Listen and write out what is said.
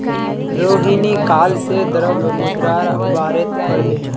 रोहिणी काल से द्रव्य मुद्रार बारेत पढ़बे